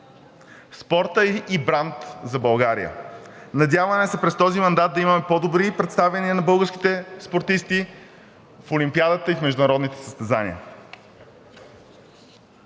Спортът е и бранд за България. Надяваме се през този мандат да имаме по-добри представяния на българските спортисти в Олимпиадата и международните състезания.